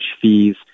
fees